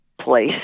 place